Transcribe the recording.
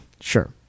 Sure